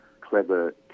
clever